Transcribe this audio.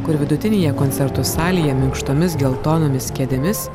kur vidutinėje koncertų salėje minkštomis geltonomis kėdėmis